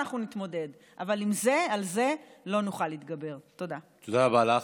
ואז אתם כבר לא תוכלו להגיד שזה מההפגנות,